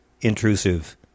intrusive